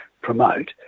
promote